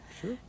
sure